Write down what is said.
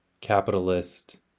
capitalist